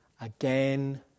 again